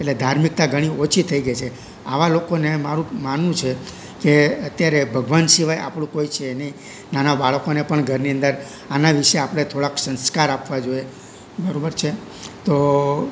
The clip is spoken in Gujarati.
એટલે ધાર્મિકતા ઘણી ઓછી થઈ ગઈ છે આવા લોકોને મારું માનવું છે કે અત્યારે ભગવાન સિવાય આપણું કોઈ છે નહીં નાના બાળકોને પણ ઘરની અંદર આના વિશે આપણે થોડાંક સંસ્કાર આપવા જોઈએ બરાબર છે તો